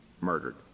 murdered